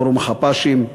לפורום חפ"שים.